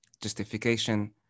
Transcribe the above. justification